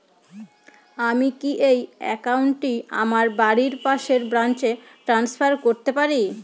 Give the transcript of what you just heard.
আমি কি এই একাউন্ট টি আমার বাড়ির পাশের ব্রাঞ্চে ট্রান্সফার করতে পারি?